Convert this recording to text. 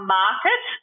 market